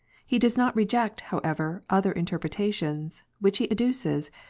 he does not reject, however, other interpretations, which he adduces,